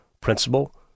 principal